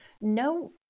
no